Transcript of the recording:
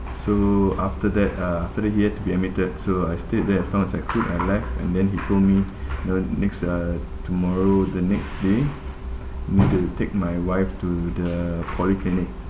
so after that uh after that he had to be admitted so I stayed there as long as I could I left and then he told me the next uh tomorrow the next day me to take my wife to the polyclinic